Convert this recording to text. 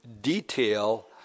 detail